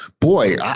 Boy